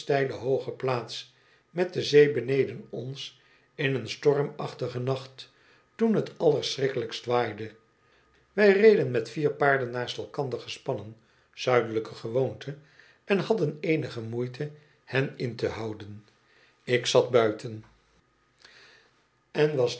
steile hooge plaats met de zee beneden ons in een stormachtigen nacht toen t allerschrikkelijkst waaide wij reden met vier paarden naast elkander gespannen zuidelijke gewoonte en hadden eenige moeite hen in te houden ik zat buiten en was